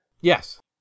Yes